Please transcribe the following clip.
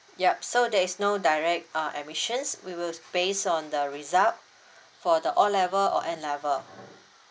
yup so there is no direct uh admissions we will based on the result for the O level or n level